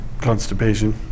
constipation